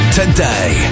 today